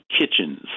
Kitchens